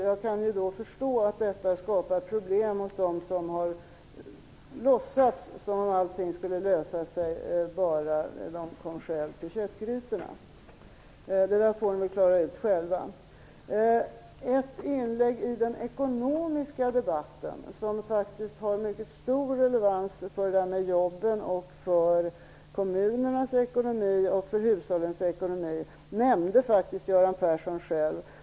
Jag kan förstå att detta skapar problem för dem som låtsats att allt skulle lösa sig bara de själva kom fram till köttgrytorna. Men det får de väl klara ut själva. Ett inlägg i den ekonomiska debatten som faktiskt har mycket stor relevans för jobben och för kommunernas och hushållens ekonomi nämnde Göran Persson själv.